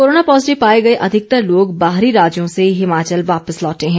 corona positive पाए गए अधिकतर लोग बाहरी राज्यों से हिमाचल वापस लौटे हैं